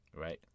Right